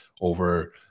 over